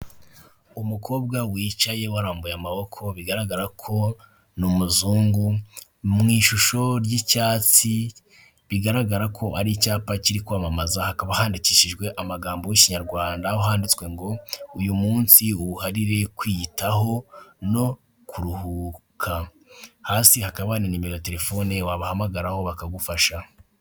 Umukobwa wicaye warambuye amaboko bigaragara ko ni umuzungu mu ishusho ry'icyatsi, bigaragara ko ari icyapa kiri kwamamaza, hakaba handikishijwe amagambo y'ikinyarwanda aho handitswe "ngo uyu munsi uwuharirire kwiyitaho no kuruhuka" hasi hakaba hari na nimero ya telefone wabahamagaraho bakagufasha.